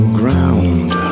ground